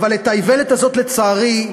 אבל את האיוולת הזאת, לצערי,